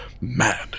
mad